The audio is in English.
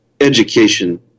Education